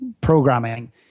programming